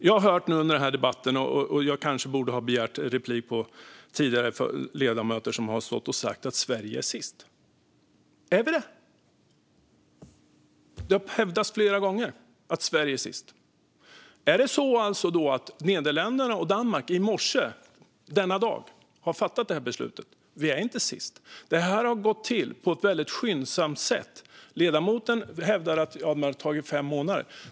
Jag har tidigare under den här debatten hört ledamöter - jag kanske borde ha begärt replik på dem - stå och säga att Sverige är sist. Är vi det? Det har hävdats flera gånger. Har då alltså Nederländerna och Danmark i morse, denna dag, fattat detta beslut? Vi är inte sist. Detta har gått väldigt skyndsamt till. Ledamoten hävdar att det har tagit fem månader.